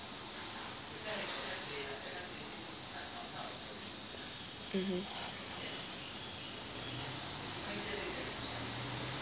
mmhmm